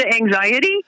anxiety